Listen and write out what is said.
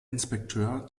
inspekteur